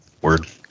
word